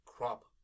Crop